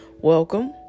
Welcome